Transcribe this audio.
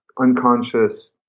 unconscious